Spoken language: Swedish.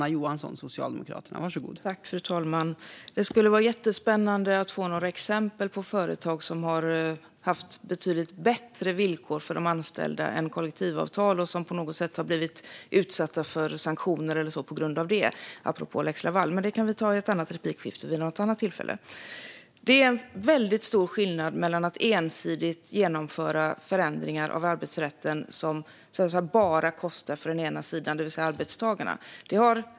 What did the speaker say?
Fru talman! Det skulle, apropå lex Laval, vara jättespännande att få några exempel på företag som har haft betydligt bättre villkor för de anställda än kollektivavtal och som på något sätt har blivit utsatta för sanktioner på grund av det. Men det kan vi ta i ett annat replikskifte vid något annat tillfälle. Mats Greens parti har vid ett flertal tillfällen ensidigt genomfört förändringar av arbetsrätten som bara kostat för den ena sidan, det vill säga arbetstagarna.